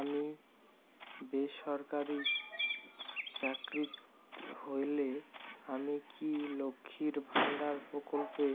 আমি বেসরকারি চাকরিরত হলে আমি কি লক্ষীর ভান্ডার প্রকল্পে